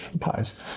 pies